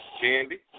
Candy